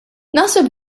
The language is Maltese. naħseb